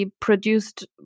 produced